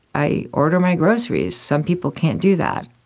i order my groceries. some people can't do that.